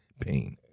pain